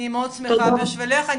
אני מאוד שמחה בשבילך,